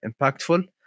impactful